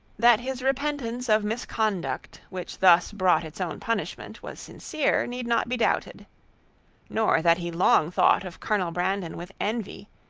that his repentance of misconduct, which thus brought its own punishment, was sincere, need not be doubted nor that he long thought of colonel brandon with envy,